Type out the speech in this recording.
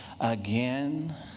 again